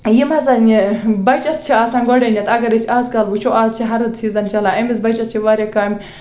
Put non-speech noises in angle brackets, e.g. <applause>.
یِم ہسا <unintelligible> بَچَس چھِ آسان گۄڈٕنٮ۪تھ اگر أسۍ آز کل وٕچھو آز چھِ ہرُد سیٖزَن چلان أمِس بَچَس چھِ واریاہ کامہِ